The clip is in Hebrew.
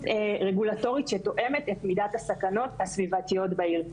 רגולטורית שתואמת את מידת הסכנות הסביבתיות בעיר.